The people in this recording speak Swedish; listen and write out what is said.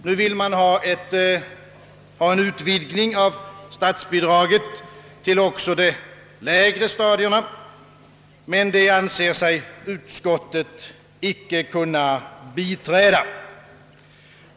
Nu vill man ha en utvidgning av statsbidraget till också de lägre stadierna, ett förslag som utskottet: emellertid inte anser sig kunna biträda.